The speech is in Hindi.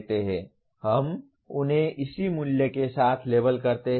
हम उन्हें इसी मूल्य के साथ लेबल करते हैं